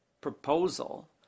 proposal